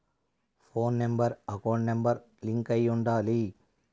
పోను number account number కి link అయ్యి ఉండాలి